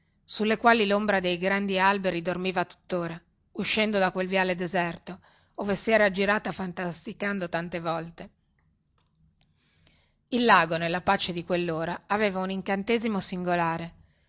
sulle quali lombra dei grandi alberi dormiva tuttora uscendo da quel viale deserto ove si era aggirata fantasticando tante volte il lago nella pace di quellora aveva un incantesimo singolare